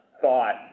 thought